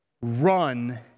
Run